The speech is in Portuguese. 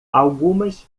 algumas